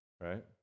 right